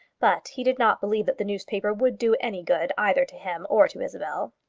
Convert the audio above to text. but he did not believe that the newspaper would do any good either to him or to isabel.